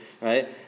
right